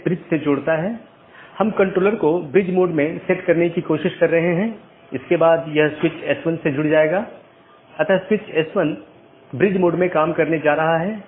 त्रुटि स्थितियों की सूचना एक BGP डिवाइस त्रुटि का निरीक्षण कर सकती है जो एक सहकर्मी से कनेक्शन को प्रभावित करने वाली त्रुटि स्थिति का निरीक्षण करती है